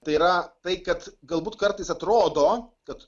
tai yra tai kad galbūt kartais atrodo kad